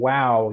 Wow